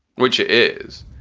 which is,